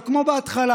וכמו בהתחלה,